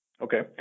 Okay